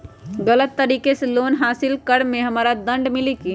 गलत तरीका से लोन हासिल कर्म मे हमरा दंड मिली कि?